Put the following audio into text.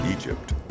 Egypt